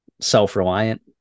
self-reliant